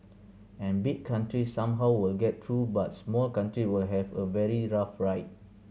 and big countries somehow will get through but small country will have a very rough ride